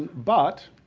but,